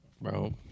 Bro